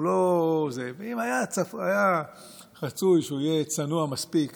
היה רצוי שהוא יהיה צנוע מספיק